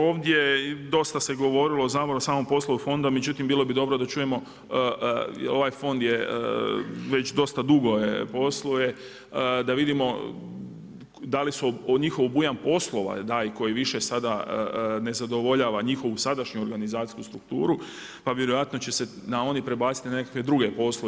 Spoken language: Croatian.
Ovdje dosta se govorilo, znamo o samom poslu fonda, međutim bilo bi dobro da čujemo ovaj fond je već dosta dugo posluje, da vidimo da li su, njihov obujam poslova koji više sada ne zadovoljava njihovu sadašnju organizacijsku strukturu pa vjerojatno će se oni prebaciti na nekakve druge poslove.